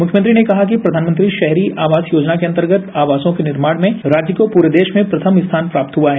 मुख्यमंत्री ने कहा कि प्रधानमंत्री शहरी आवास योजना के अंतर्गत आवासों के निर्माण में राज्य को पूरे देव में प्रथम स्थान प्राप्त हथा है